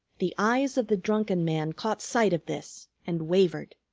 the eyes of the drunken man caught sight of this, and wavered.